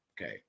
okay